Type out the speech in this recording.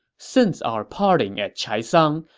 since our parting at chaisang,